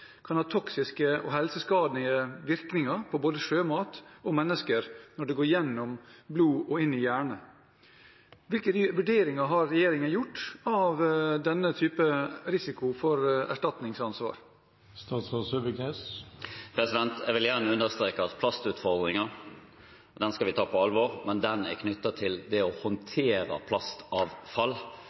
kan ha toksiske og helseskadelige virkninger på både sjømat og mennesker når den går gjennom blodet og inn i hjernen. Hvilke vurderinger har regjeringen gjort av denne typen risiko for erstatningsansvar? Jeg vil gjerne understreke at plastutfordringen skal vi ta på alvor, men den er knyttet til det å håndtere